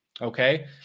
okay